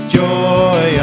joy